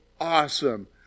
awesome